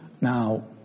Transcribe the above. Now